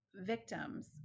victims